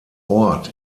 ort